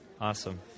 Awesome